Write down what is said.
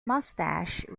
moustache